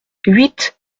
huit